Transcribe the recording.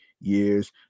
years